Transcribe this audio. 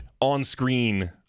on-screen